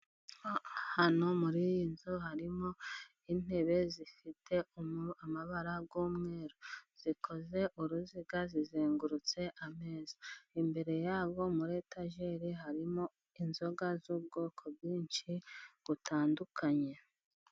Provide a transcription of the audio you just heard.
Hano muri iyi nzu harimo intebe zifite amabara rw'umweru, zikoze uruziga, zizengurutse ameza, imbere yazo muri etajeri harimo inzoga z'ubwoko bwinshi butandukanye.